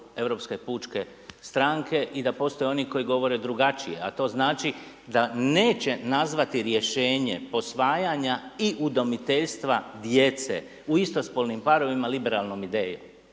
Europske pučke stranke, i da postoje oni koji govore drugačije, a to znači da neće nazvati rješenje posvajanja i udomiteljstva djece u istospolnim parovima, liberalnom idejom,